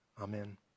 Amen